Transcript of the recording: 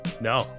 No